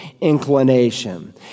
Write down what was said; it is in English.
inclination